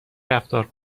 رفتار